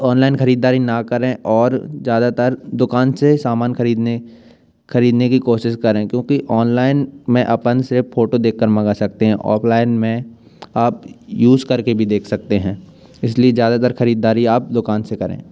online खरीदारी ना करें और ज़्यादातर दुकान से सामान खरीदने खरीदने कि कोशिश करें क्योंकि औनलाइन मैं अपन सिर्फ फोटो देखकर मँगा सकते हैं औफलाइन में आप यूज करके भी देख सकते हैं इसलिए ज़्यादातर खरीदारी आप दुकान से करें